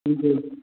जी